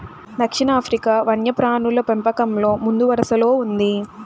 దక్షిణాఫ్రికా వన్యప్రాణుల పెంపకంలో ముందువరసలో ఉంది